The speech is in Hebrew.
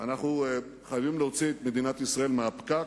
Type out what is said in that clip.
אנחנו חייבים להוציא את מדינת ישראל מהפקק,